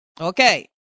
Okay